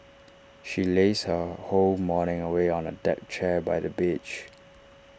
she lazed her whole morning away on A deck chair by the beach